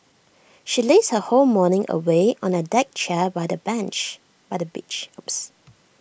she lazed her whole morning away on A deck chair by the by the beach oops